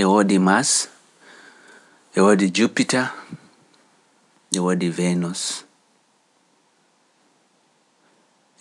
E wodi mars, wodi jupiter, wodi venus,